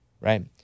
right